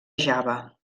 java